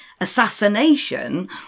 assassination